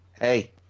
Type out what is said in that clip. Hey